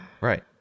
Right